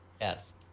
Yes